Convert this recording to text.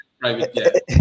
private